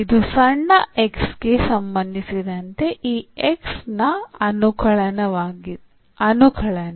ಇದು ಸಣ್ಣ ಗೆ ಸಂಬಂಧಿಸಿದಂತೆ ಈ X ನ ಅನುಕಲನ